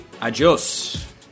adios